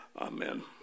Amen